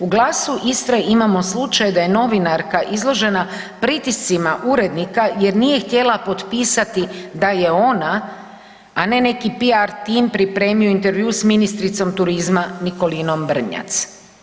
U Glasu Istre imamo slučaj da je novinarka izložena pritiscima urednika jer nije htjela potpisati da je ona, a ne neki PR tim pripremio intervju s ministricom turizma Nikolinom Brnjac.